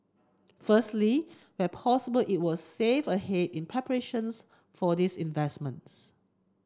firstly where possible it will save ahead in preparations for these investments